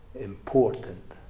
important